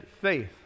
faith